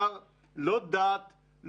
בדק,